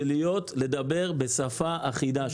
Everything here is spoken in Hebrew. זה לדבר בשפה אחידה,